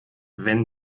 wenn